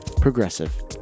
progressive